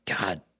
God